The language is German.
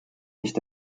nicht